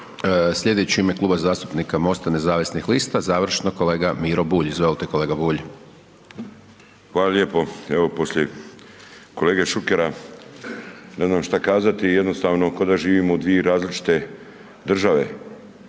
Slijedeći u ime Kluba zastupnika MOSTA nezavisnih lista, završno kolega Miro Bulj. Izvolte kolega Bulj. **Bulj, Miro (MOST)** Hvala lijepo, evo poslije kolege Šukera ne znam šta kazati, jednostavno ko da živimo u dvije različite države.